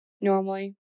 Normally